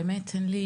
באמת אין לי